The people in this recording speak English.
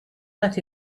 that